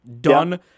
Done